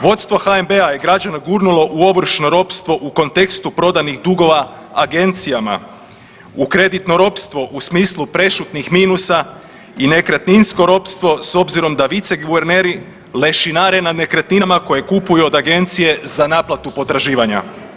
Vodstvo HNB-a je građane gurnulo u ovršno ropstvo u kontekstu prodanih dugova agencijama, u kreditno ropstvo u smislu prešutnih minusa i nekretninsko ropstvo s obzirom da vice guverneri lešinare nad nekretninama koje kupuju od Agencije za naplatu potraživanja.